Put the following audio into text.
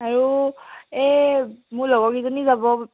আৰু এই মোৰ লগৰকেইজনী যাব